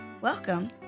Welcome